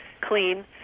clean